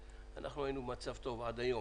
אנחנו היינו במצב טוב עד היום,